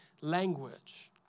language